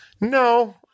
No